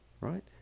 right